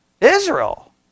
Israel